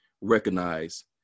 recognize